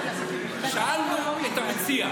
שאלנו את המציע.